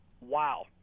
wow